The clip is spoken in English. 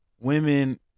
women